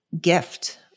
gift